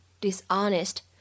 dishonest